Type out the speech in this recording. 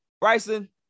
Bryson